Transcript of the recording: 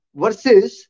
versus